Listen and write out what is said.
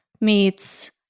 meets